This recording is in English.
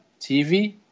TV